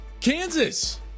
Kansas